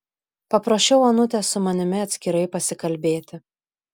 paprašiau onutės su manimi atskirai pasikalbėti